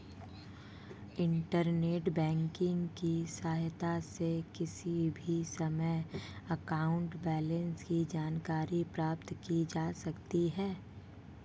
internet banking की सहायता से किसी भी समय अकाउंट बैलेंस की जानकारी प्राप्त की जा सकती है